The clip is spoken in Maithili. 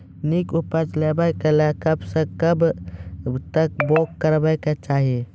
नीक उपज लेवाक लेल कबसअ कब तक बौग करबाक चाही?